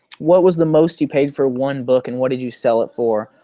what was the most you paid for one book and what did you sell it for?